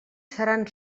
seran